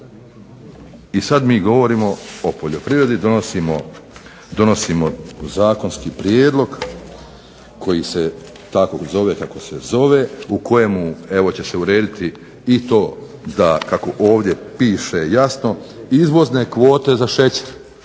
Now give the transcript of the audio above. I sada mi govorimo o poljoprivredi donosimo zakonski prijedlog koji se zove tako kako se zove u kojem evo će se urediti i to da kako ovdje piše jasno izvozne za šećer.